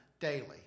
daily